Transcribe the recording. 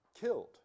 killed